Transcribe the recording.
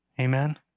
Amen